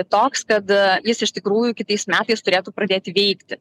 toks kad jis iš tikrųjų kitais metais turėtų pradėti veikti